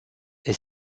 est